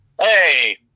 Hey